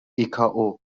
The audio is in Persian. ایکائو